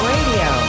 Radio